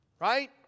Right